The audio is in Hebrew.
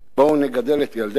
בואו נגדל את ילדינו,